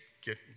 get